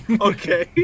Okay